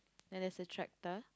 and there's a tractor